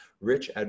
rich